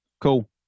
Cool